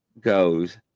goes